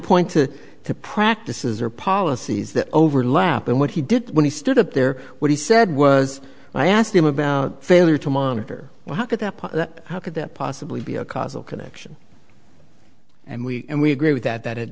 point to the practices or policies that overlap in what he did when he stood up there what he said was i asked him about failure to monitor well how could that how could that possibly be a causal connection and we and we agree with that that